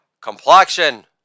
complexion